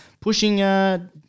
pushing –